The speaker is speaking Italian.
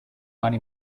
mani